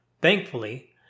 Thankfully